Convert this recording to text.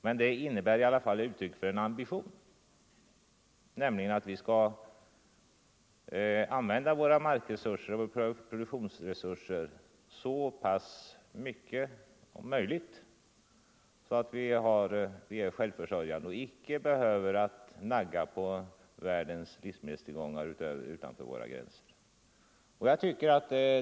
Men den är i alla fall uttryck för en ambition, nämligen att vi skall använda våra markoch produktionsresurser om möjligt så pass väl att vi blir självförsörjande och icke behöver nagga på världens livsmedelstillgångar utanför våra gränser.